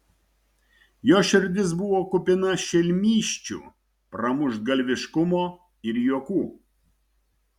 jo širdis buvo kupina šelmysčių pramuštgalviškumo ir juokų